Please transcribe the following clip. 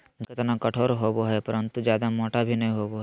झाड़ी के तना कठोर होबो हइ परंतु जयादा मोटा भी नैय होबो हइ